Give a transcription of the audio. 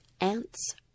ants